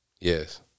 Yes